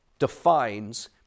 Defines